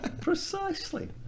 Precisely